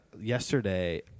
yesterday